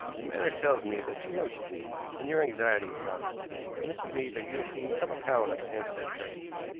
your manner tells me that you know she did, and your anxiety about her to-day convinces me that you have seen some account of the hampstead tragedy.